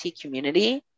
community